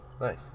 Nice